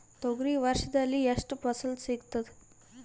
ತೊಗರಿ ವರ್ಷದಲ್ಲಿ ಎಷ್ಟು ಫಸಲ ಸಿಗತದ?